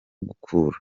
gukura